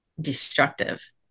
destructive